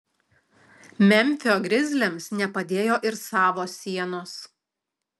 memfio grizliams nepadėjo ir savos sienos